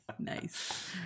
Nice